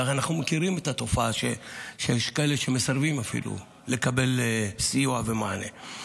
אנחנו מכירים את התופעה שיש כאלה שמסרבים אפילו לקבל סיוע ומענה.